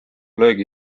löögi